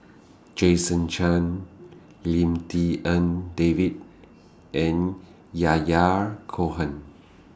Jason Chan Lim Tik En David and Yahya Cohen